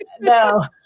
No